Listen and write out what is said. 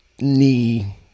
knee